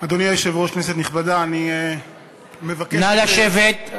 היושב-ראש, כנסת נכבדה, אני מבקש, נא לשבת.